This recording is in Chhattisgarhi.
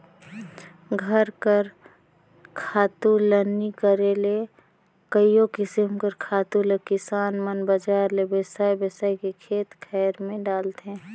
घर कर खातू ल नी करे ले कइयो किसिम कर खातु ल किसान मन बजार ले बेसाए बेसाए के खेत खाएर में डालथें